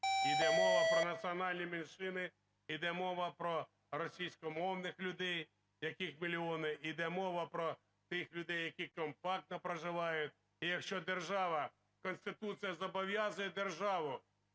Йде мова про національні меншини, йде мова про російськомовних людей, яких мільйони, йде мова про тих людей, які компактно проживають. І якщо держава, Конституція зобов'язує державу